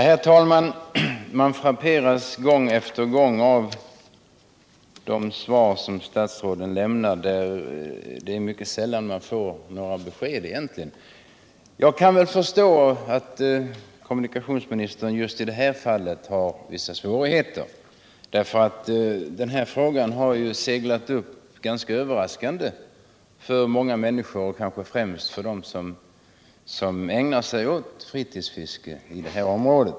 Herr talman! Man frapperas gång efter gång av de svar som statsråden lämnar, där det är mycket sällan man egentligen får några besked. Jag kan förstå att kommunikationsministern just i detta fall har vissa svårigheter. Den här frågan har nämligen seglat upp ganska överraskande för många människor, och kanske främst för dem som ägnar sig åt fritidsfiske i norra Öresund.